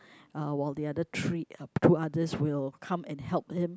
uh while the other three uh two others will come and help him